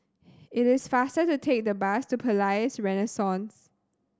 it is faster to take the bus to Palais Renaissance